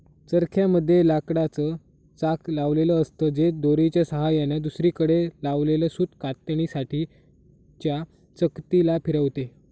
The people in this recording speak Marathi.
चरख्या मध्ये लाकडाच चाक लावलेल असत, जे दोरीच्या सहाय्याने दुसरीकडे लावलेल सूत कातण्यासाठी च्या चकती ला फिरवते